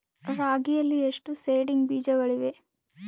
ರಾಗಿಯಲ್ಲಿ ಎಷ್ಟು ಸೇಡಿಂಗ್ ಬೇಜಗಳಿವೆ?